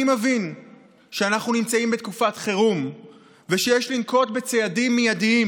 אני מבין שאנחנו נמצאים בתקופת חירום ושיש לנקוט צעדים מיידיים.